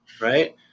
right